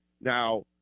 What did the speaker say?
Now